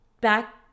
back